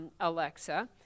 Alexa